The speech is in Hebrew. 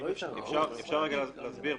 אפשר להסביר?